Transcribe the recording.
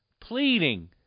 pleading